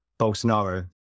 Bolsonaro